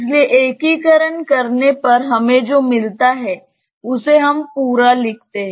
इसलिए एकीकरण करने पर हमें जो मिलता है उसे हम पूरा करते हैं